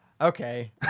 Okay